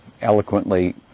eloquently